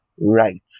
right